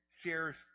shares